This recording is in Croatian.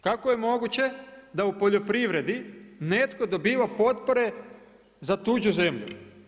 Kako je moguće da u poljoprivredi netko dobiva potpore za tuđu zemlju?